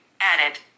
added